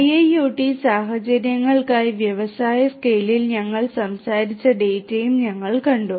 IIoT സാഹചര്യങ്ങൾക്കായി വ്യവസായ സ്കെയിലിൽ ഞങ്ങൾ സംസാരിച്ച ഡാറ്റയും ഞങ്ങൾ കണ്ടു